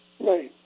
Right